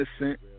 innocent